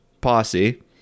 posse